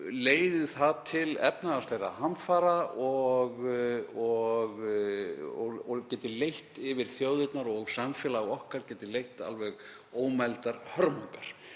leiði það til efnahagslegra hamfara og geti leitt yfir þjóðirnar og samfélag okkar alveg ómældar hörmungar.